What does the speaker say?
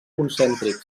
concèntrics